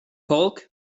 polk